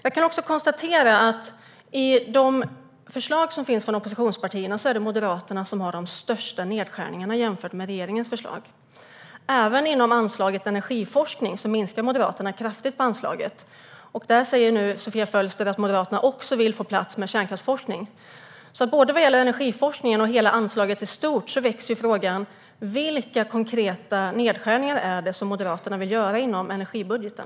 Av oppositionspartiernas förslag kan jag konstatera att det är Moderaterna som står för de största nedskärningarna jämfört med regeringens förslag. Moderaterna minskar kraftigt på anslaget även inom energiforskning. Sofia Fölster säger nu att Moderaterna vill få plats med även kärnkraftsforskning inom det anslaget. Vad gäller både energiforskningen och hela anslaget i stort väcks frågan: Vilka konkreta nedskärningar är det Moderaterna vill göra inom energibudgeten?